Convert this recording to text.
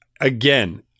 again